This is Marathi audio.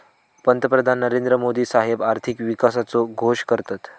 पंतप्रधान नरेंद्र मोदी साहेब आर्थिक विकासाचो घोष करतत